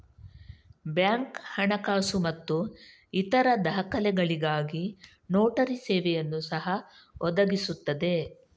bank ಹಣಕಾಸು ಮತ್ತು ಇತರ ದಾಖಲೆಗಳಿಗಾಗಿ ನೋಟರಿ ಸೇವೆಯನ್ನು ಸಹ ಒದಗಿಸುತ್ತದೆ